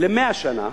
ל-100 שנה.